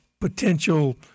potential